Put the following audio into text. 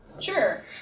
Sure